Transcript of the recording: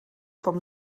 vom